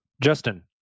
Justin